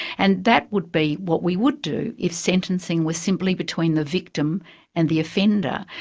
and that would be what we would do if sentencing were simply between the victim and the offender.